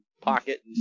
pocket